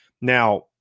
Now